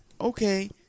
Okay